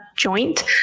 joint